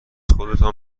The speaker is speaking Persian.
خودتان